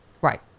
Right